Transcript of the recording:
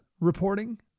reporting